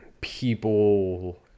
people